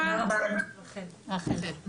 בבקשה.